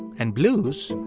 and blues.